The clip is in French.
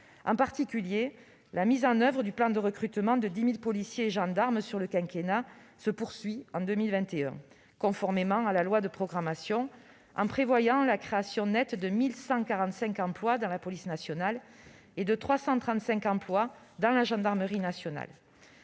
en 2021 la mise en oeuvre du plan de recrutement de 10 000 policiers et gendarmes sur le quinquennat, conformément à la loi de programmation, en prévoyant la création nette de 1 145 emplois dans la police nationale et de 335 emplois dans la gendarmerie nationale.